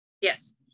Yes